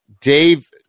Dave –